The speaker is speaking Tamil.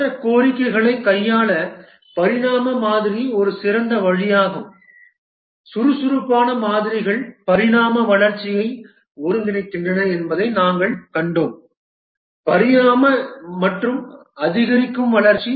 மாற்ற கோரிக்கைகளை கையாள பரிணாம மாதிரி ஒரு சிறந்த வழியாகும் சுறுசுறுப்பான மாதிரிகள் பரிணாம வளர்ச்சியை ஒருங்கிணைக்கின்றன என்பதை நாங்கள் கண்டோம் பரிணாம மற்றும் அதிகரிக்கும் வளர்ச்சி